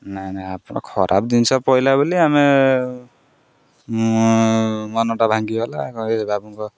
ନାଇଁ ନାଇଁ ଆପଣ ଖରାପ ଜିନିଷ ପଡ଼ିଲା ବୋଲି ଆମେ ମନଟା ଭାଙ୍ଗିଗଲା ଏ ବାବୁଙ୍କ